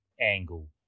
angle